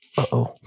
Uh-oh